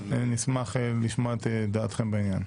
נשמח לשמוע את דעתכם בעניין.